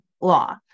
law